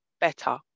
better